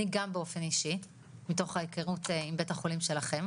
אני גם באופן אישי מתוך ההיכרות עם בית החולים שלכם